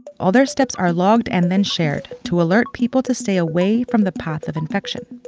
all their steps are logged and then shared to alert people to stay away from the path of infection.